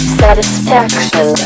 satisfaction